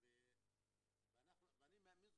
אם אנחנו מדברים על 16-15 מקרים של נסיעה ברוורס,